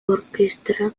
orkestra